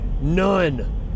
None